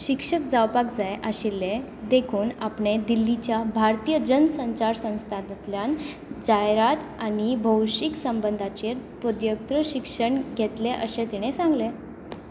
शिक्षक जावपाक जाय आशिल्लें देखून आपणे दिल्लीच्या भारतीय जन संचार संस्थानंतल्यान जायरात आनी भौशीक संबंदाचेर पदव्युत्तर शिक्षण घेतलें अशें तिणें सांगलें